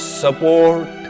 support